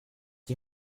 die